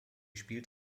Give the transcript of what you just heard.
spielt